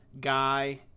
guy